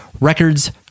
Records